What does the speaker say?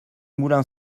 moulin